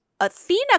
Athena